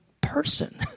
person